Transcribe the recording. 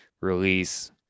release